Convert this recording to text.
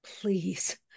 please